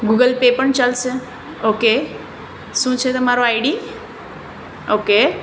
Google pay પણ ચાલશે okay શું છે તમારો આઈડી ઓકે